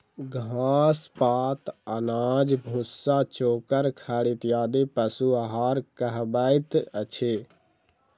घास, पात, अनाज, भुस्सा, चोकर, खड़ इत्यादि पशु आहार कहबैत अछि